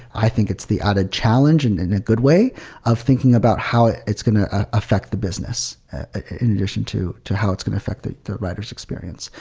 i think it's the added challenge and in a good way of thinking about how it's going to affect the business in addition to to how it's going to affect the rider s experience.